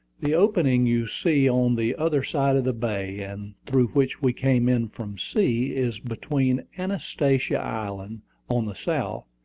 the opening you see on the other side of the bay, and through which we came in from sea, is between anastasia island on the south,